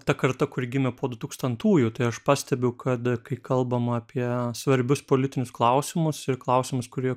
ta karta kuri gimė po du tūkstantųjų tai aš pastebiu kad kai kalbama apie svarbius politinius klausimus ir klausimus kurie